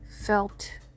felt